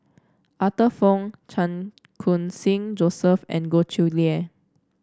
Arthur Fong Chan Khun Sing Joseph and Goh Chiew Lye